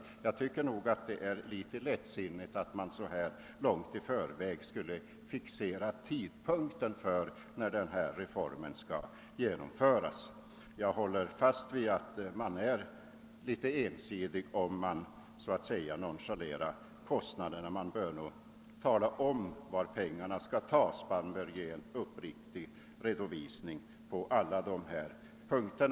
Men jag tycker att det är litet lättsinnigt att långt i förväg fixera tidpunkten för reformens genomförande. Jag håller fast vid att man ser ensidigt på saken om man så att säga nochalerar kostnaderna; man bör nog tala om var pengarna skall tas och uppriktigt redovisa alla konsekvenser.